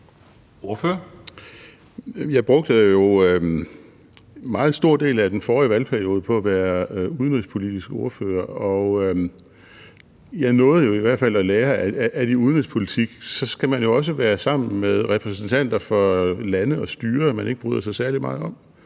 brugte jo en meget stor del af den forrige valgperiode på at være udenrigspolitisk ordfører, og jeg nåede i hvert fald at lære, at man i udenrigspolitik også skal være sammen med repræsentanter for lande og styrer, man ikke bryder sig særlig meget om.